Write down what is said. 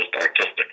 artistic